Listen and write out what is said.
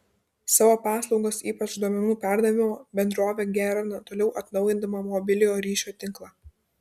savo paslaugas ypač duomenų perdavimo bendrovė gerina toliau atnaujindama mobiliojo ryšio tinklą